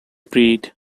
breed